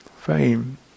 fame